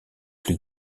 plus